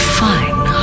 fine